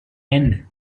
end